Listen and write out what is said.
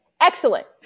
Excellent